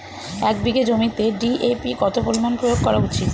এক বিঘে জমিতে ডি.এ.পি কত পরিমাণ প্রয়োগ করা উচিৎ?